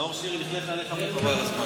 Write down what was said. נאור שירי לכלך עליך, חבל על הזמן.